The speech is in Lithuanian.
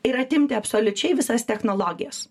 ir atimti absoliučiai visas technologijas